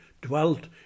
dwelt